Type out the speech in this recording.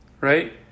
right